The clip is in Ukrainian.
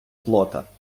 плота